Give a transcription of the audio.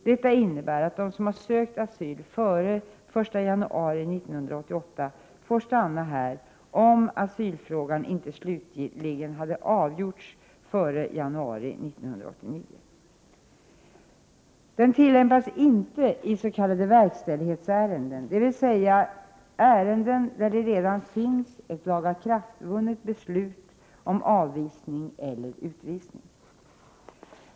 Denna praxis innebär att de som sökt asyl före den 1 januari 1988 får stanna här om asylfrågan inte slutligen hade avgjorts före januari 1989. Den tillämpas inte i s.k. verkställighetsärenden, dvs. i ärenden där det redan finns ett lagakraftvunnet beslut om avvisning eller utvisning.